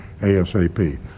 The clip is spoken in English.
ASAP